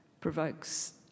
provokes